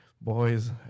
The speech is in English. boys